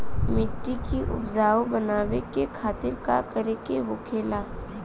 मिट्टी की उपजाऊ बनाने के खातिर का करके होखेला?